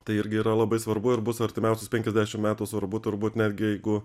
tai irgi yra labai svarbu ir bus artimiausius penkiasdešim metų svarbu turbūt netgi jeigu